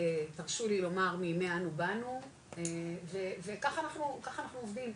תרשו לי לומר מימי אנו באנו וככה אנחנו עובדים,